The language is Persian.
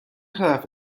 طرف